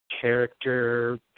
character